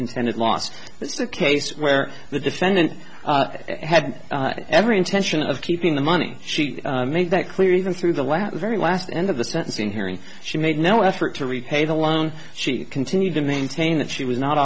a case where the defendant had every intention of keeping the money she made that clear even through the last very last end of the sentencing hearing she made no effort to repay the loan she continued to maintain that she was not